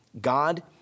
God